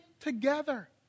together